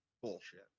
bullshit